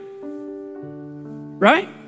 Right